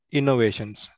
innovations